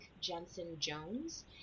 Jensen-Jones